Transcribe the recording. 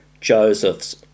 Joseph's